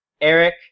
Eric